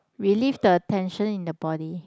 relief the tension in the body